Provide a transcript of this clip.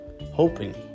hoping